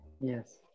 Yes